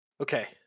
Okay